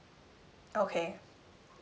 okay